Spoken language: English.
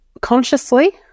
Consciously